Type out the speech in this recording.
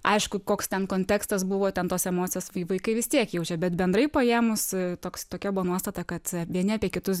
aišku koks ten kontekstas buvo ten tos emocijos vai vaikai vis tiek jaučia bet bendrai paėmus toks tokia nuostata kad vieni apie kitus